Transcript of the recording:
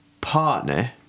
partner